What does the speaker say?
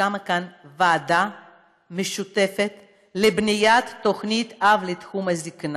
שקמה כאן ועדה משותפת לבניית תוכנית אב לתחום הזקנה.